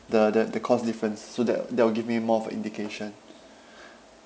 the the the cost difference so that that will give me more for indication